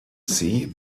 see